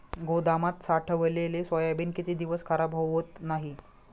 गोदामात साठवलेले सोयाबीन किती दिवस खराब होत नाही?